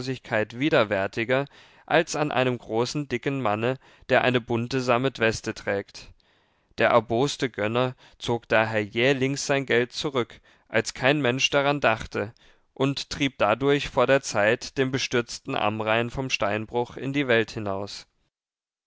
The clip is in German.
widerwärtiger als an einem großen dicken manne der eine bunte sammetweste trägt der erboste gönner zog daher jählings sein geld zurück als kein mensch daran dachte und trieb dadurch vor der zeit den bestürzten amrain vom steinbruch in die welt hinaus